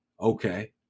okay